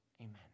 amen